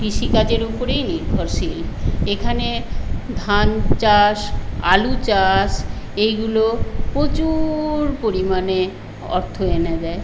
কৃষিকাজের উপরেই নির্ভরশীল এখানে ধান চাষ আলু চাষ এইগুলো প্রচুর পরিমাণে অর্থ এনে দেয়